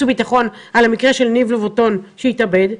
וביטחון על המקרה של ניב לובטון שהתאבד,